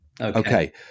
Okay